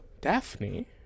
daphne